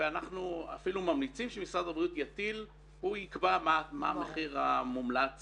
אנחנו אפילו ממליצים שמשרד הבריאות יקבע מה המחיר המומלץ